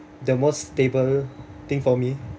the most stable thing for me